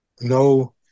No